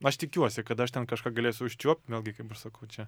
aš tikiuosi kad aš ten kažką galėsiu užčiuopt vėlgi kaip ir sakau čia